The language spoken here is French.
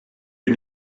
une